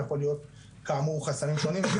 זה יכול להיות כאמור חסמים שונים.